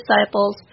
disciples